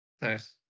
Nice